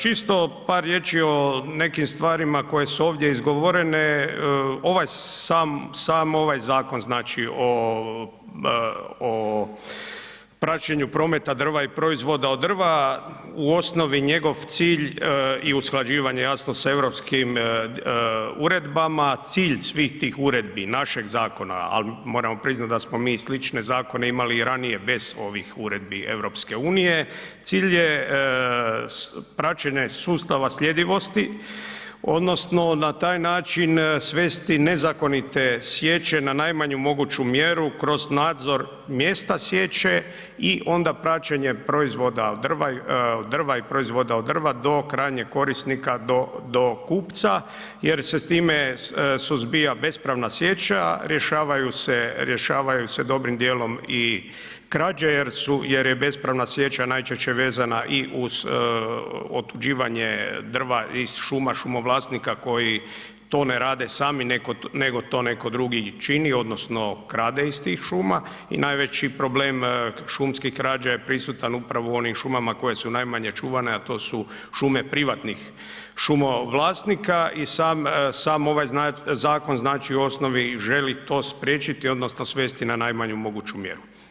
Čisto par riječi o nekim stvarima koje su ovdje izgovorene, ovaj sam, sam ovaj zakon, znači o praćenju prometa drva i proizvoda od drva, u osnovi njegov cilj i usklađivanje jasno sa europskim uredbama cilj svih tih uredbi našeg zakona ali moramo priznati da smo mi slične zakone imali i ranije bez ovih uredbi EU cilj je praćenje sustava sljedivosti odnosno na taj način svesti nezakonite sječe na najmanju moguću mjeru kroz nadzor mjesta sječe i onda praćenje proizvoda od drva i proizvoda od drva od krajnjeg korisnika do kupca jer se time suzbija bespravna sječa, rješavaju se dobrim dijelom i krađe jer je bespravna sječa najčešće vezana i uz otuđivanje drva iz šuma, šumovlasnika koji to ne rade sami nego to netko drugi čini, odnosno krade iz tih šuma i najveći problem šumskih krađa je prisutan upravo u onim šumama koje su najmanje čuvane a to su šume privatnih šumovlasnika i sam ovaj zakon znači u osnovi želi to spriječiti odnosno svesti na najmanju moguću mjeru.